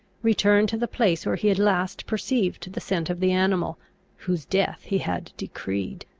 return to the place where he had last perceived the scent of the animal whose death he had decreed.